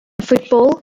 football